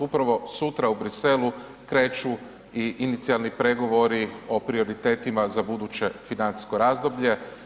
Upravo sutra u Bruxellesu kreću i inicijalni pregovori o prioritetima za buduće financijsko razdoblje.